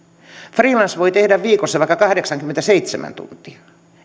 freelance voi tehdä viikossa vaikka kahdeksankymmentäseitsemän tuntia